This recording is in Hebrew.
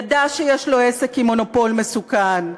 ידע שיש לו עסק עם מונופול מסוכן,